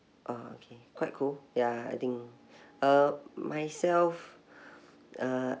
oh okay quite cool ya I think uh myself uh